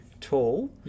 tall